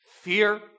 fear